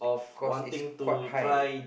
cause is quite high